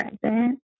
present